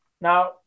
Now